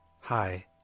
hi